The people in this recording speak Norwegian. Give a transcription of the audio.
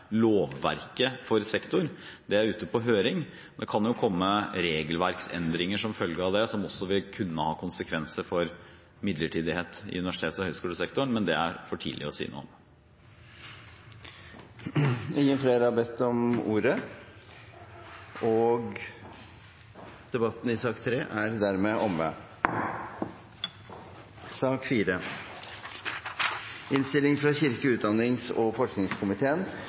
lovverket for sektoren, det er ute på høring. Det kan jo komme regelverksendringer som følge av det, som også vil kunne ha konsekvenser for midlertidighet i universitets- og høyskolesektoren, men det er det for tidlig å si noe om. Dermed er replikkordskiftet omme. Flere har ikke bedt om ordet til sak nr. 3. Etter ønske fra kirke-, utdannings- og forskningskomiteen